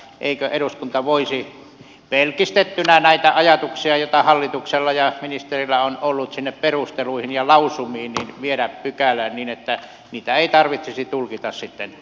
eikö eduskunta voisi pelkistettynä näitä ajatuksia joita hallituksella ja ministerillä on ollut viedä sinne perusteluihin lausumiin ja pykälään niin että niitä ei tarvitsisi tulkita sitten tuolla kentällä